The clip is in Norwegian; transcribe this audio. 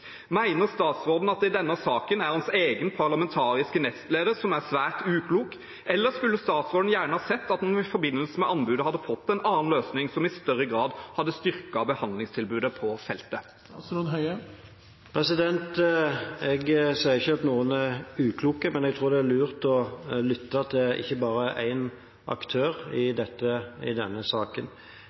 statsråden at det i denne saken er hans egen parlamentariske nestleder som er svært uklok, eller skulle statsråden gjerne sett at en i forbindelse med anbudet hadde fått en annen løsning, som i større grad hadde styrket behandlingstilbudet på feltet? Jeg sier ikke at noen er uklok, men jeg tror det er lurt å lytte til ikke bare én aktør i denne saken. Denne